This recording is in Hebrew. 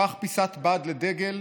הפך פיסת בד לדגל,